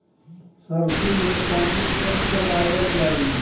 सरसो में पानी कब चलावल जाई?